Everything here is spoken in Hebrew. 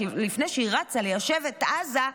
לפני שהיא רצה ליישב את עזה,